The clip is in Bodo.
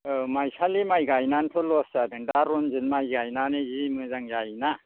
ओ माइसालि माइ गायनानैथ' लस जादों दा रनजित माइ गायनानै जि मोजां जायोना